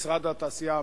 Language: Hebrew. משרד התעשייה,